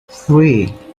three